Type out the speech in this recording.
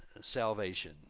salvation